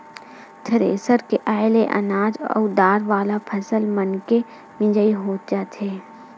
thresher के आये ले अनाज अउ दार वाला फसल मनके मिजई हो जाथे